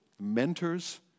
mentors